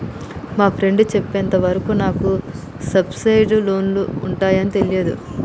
మా ఫ్రెండు చెప్పేంత వరకు నాకు సబ్సిడైజ్డ్ లోన్లు ఉంటయ్యని తెలీదు